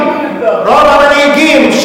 המנהיגים,